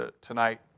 tonight